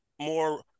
more